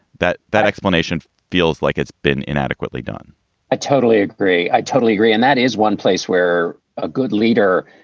that that explanation feels like it's been inadequately done i totally agree. i totally agree. and that is one place where a good leader.